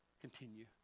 Continue